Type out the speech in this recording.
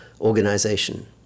organization